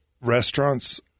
restaurants